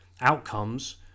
outcomes